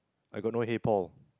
I got no hey paul